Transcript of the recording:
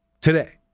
today